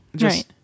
Right